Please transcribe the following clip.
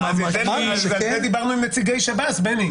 אז על זה דיברנו עם נציגי שב"ס, בני.